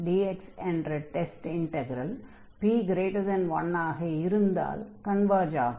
a1xpdx என்ற test integral p1 ஆக இருந்தால் கன்வர்ஜ் ஆகும்